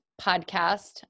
podcast